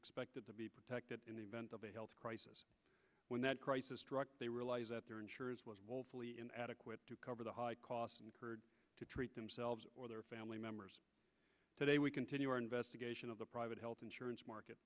expected to be protected in the event of a health crisis when that crisis struck they realize that their insurance was woefully inadequate to cover the high costs incurred to treat themselves or their family members today we continue our investigation of the private health insurance market